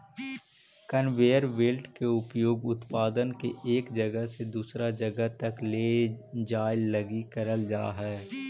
conveyor belt के उपयोग उत्पाद के एक जगह से दूसर जगह तक ले जाए लगी करल जा हई